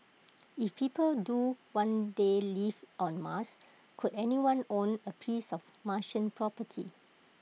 if people do one day live on Mars could anyone own A piece of Martian property